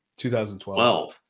2012